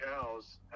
cows